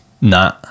Nah